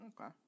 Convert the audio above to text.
Okay